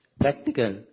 practical